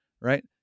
right